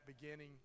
beginning